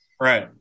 Right